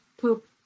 poop